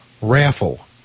raffle